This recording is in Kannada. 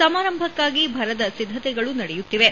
ಸಮಾರಂಭಕ್ಕಾಗಿ ಭರದ ಸಿದ್ದತೆಗಳು ನಡೆಯುತ್ತಿವೆ